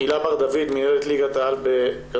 הילה בר דוד, מנהלת ליגת העל בכדורסל.